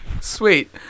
Sweet